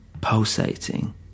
pulsating